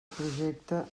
projecte